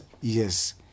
Yes